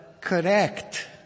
correct